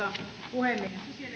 puhemies sosiaali ja